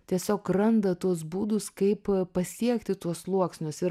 tiesiog randa tuos būdus kaip pasiekti tuos sluoksnius ir